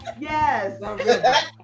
Yes